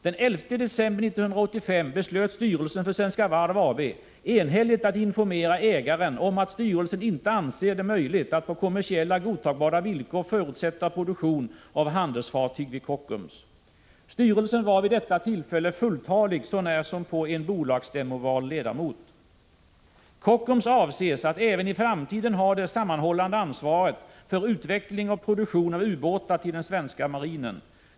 Den 11 december 1985 beslöt styrelsen för Svenska Varv AB enhälligt att ”informera ägaren om att styrelsen inte anser det möjligt att på kommersiellt godtagbara villkor fortsätta produktionen av handelsfartyg vid Kockums”. Styrelsen var vid detta tillfälle fulltalig så när som på en bolagsstämmovald ledamot. Kockums avses även i framtiden ha det sammanhållande ansvaret för utveckling och produktion av ubåtar till den svenska marinen.